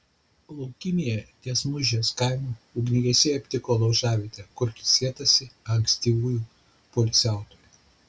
laukymėje ties muižės kaimu ugniagesiai aptiko laužavietę kur ilsėtasi ankstyvųjų poilsiautojų